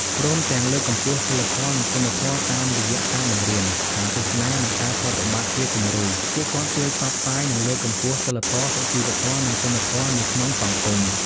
ព្រមទាំង លើកកម្ពស់សីលធម៌ និងគុណធម៌តាមរយៈការបង្រៀន ការទេសនា និងការប្រតិបត្តិជាគំរូ ពួកគាត់ជួយផ្សព្វផ្សាយ និងលើកកម្ពស់សីលធម៌ សុជីវធម៌ និងគុណធម៌នៅក្នុងសង្គម។